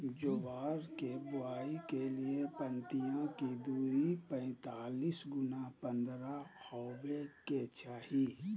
ज्वार के बुआई के लिए पंक्तिया के दूरी पैतालीस गुना पन्द्रह हॉवे के चाही